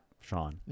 Sean